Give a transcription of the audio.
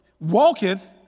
Walketh